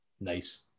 Nice